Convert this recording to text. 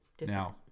now